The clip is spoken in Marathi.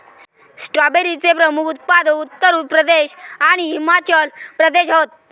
स्ट्रॉबेरीचे प्रमुख उत्पादक उत्तर प्रदेश आणि हिमाचल प्रदेश हत